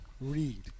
read